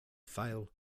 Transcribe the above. fail